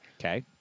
Okay